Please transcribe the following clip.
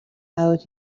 out